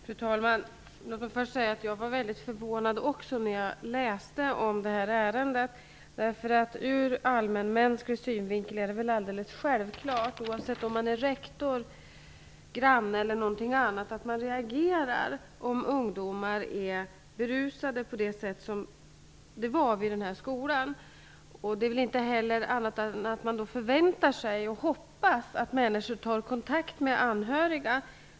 Fru talman! Låt mig bara säga att också jag blev mycket förvånad när jag läste om detta ärende. Ur allmänmänsklig synvinkel är det alldeles självklart, oavsett om man är rektor, granne eller något annat, att man reagerar om ungdomar är berusade på det sätt som det var fråga om vid den här skolan. Man hoppas och förväntar sig väl också att människor då tar kontakt med de anhöriga.